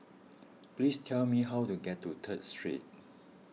please tell me how to get to Third Street